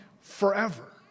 forever